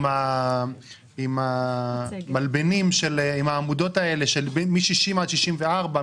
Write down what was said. עם העמודות האלה מ-60 עד 64,